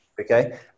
Okay